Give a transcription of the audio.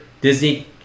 Disney